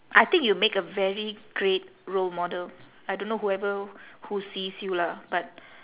I think you'll make a very great role model I don't know whoever who sees you lah but